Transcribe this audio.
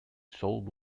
sold